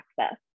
access